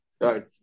Right